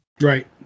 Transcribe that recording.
Right